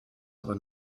aber